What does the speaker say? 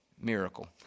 miracle